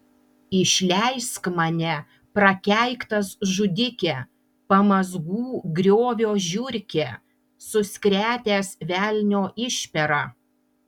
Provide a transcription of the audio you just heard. išleisk mane prakeiktas žudike pamazgų griovio žiurke suskretęs velnio išpera